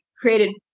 created